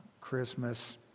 Christmas